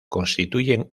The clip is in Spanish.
constituyen